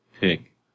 pick